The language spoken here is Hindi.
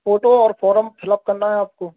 फ़ोटो और फ़ॉर्म फ़िल अप करना है आपको